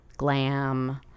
glam